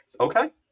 Okay